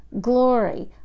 glory